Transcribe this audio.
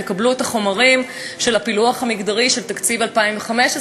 תקבלו את החומרים של הפילוח המגדרי של תקציב 2015,